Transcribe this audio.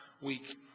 week